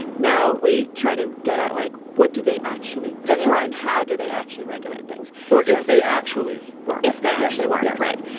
now we try to get out. like what do they actually. that's right. how do they actually regulate things or if they actually were if that actually worked? right.